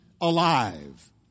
alive